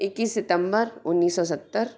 इक्कीस सितंबर उन्नीस सौ सत्तर